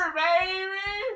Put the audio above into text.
baby